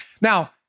Now